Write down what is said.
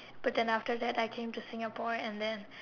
but then after that I came to Singapore and then